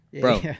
Bro